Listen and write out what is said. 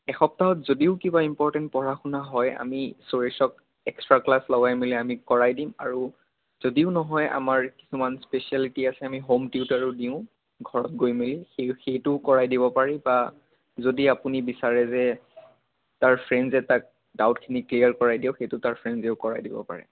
এসপ্তাহত যদিও কিবা ইম্পৰ্টেণ্ট পঢ়া শুনা হয় আমি সুৰেশক এক্সট্ৰা ক্লাছ লগাই মেলি আমি কৰাই দিম আৰু যদিও নহয় আমাৰ কিছুমান স্পেচিয়েলিটি আছে আমি হ'ম টিউটৰো দিওঁ ঘৰত গৈ মেলি সেই সেইটোও কৰাই দিব পাৰি বা যদি আপুনি বিচাৰে যে তাৰ ফ্ৰেণ্ডছে তাক ডাউটখিনি ক্লিয়াৰ কৰাই দিয়ক সেইটো তাৰ ফ্ৰেণ্ডছেও কৰাই দিব পাৰে